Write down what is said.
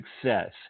success